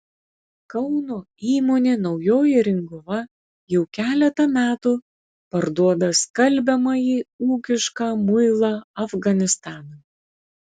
kauno įmonė naujoji ringuva jau keletą metų parduoda skalbiamąjį ūkišką muilą afganistanui